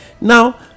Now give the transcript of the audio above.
Now